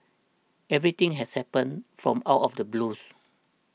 everything has happened from out of the blues